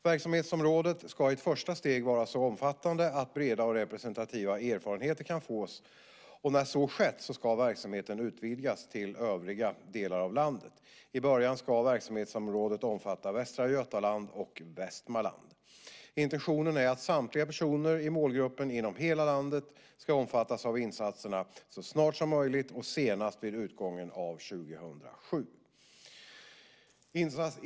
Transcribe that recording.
Verksamhetsområdet ska i ett första steg vara så omfattande att breda och representativa erfarenheter kan fås, och när så skett ska verksamheten utvidgas till övriga delar av landet. I början ska verksamhetsområdet omfatta Västra Götaland och Västmanland. Intentionen är att samtliga personer i målgruppen inom hela landet ska omfattas av insatserna så snart som möjligt och senast vid utgången av 2007.